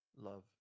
Love